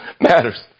matters